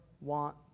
want